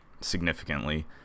significantly